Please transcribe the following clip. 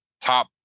top